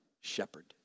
shepherd